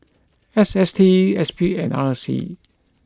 S S T S P and R C